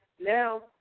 now